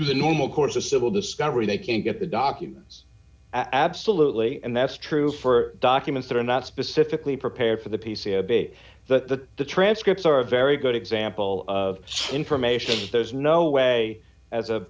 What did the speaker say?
the normal course of civil discovery they can't get the documents absolutely and that's true for documents that are not specifically prepared for the p c abate that the transcripts are a very good example of such information there's no way as a